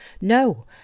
No